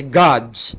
gods